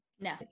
No